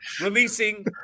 releasing